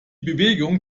bewegung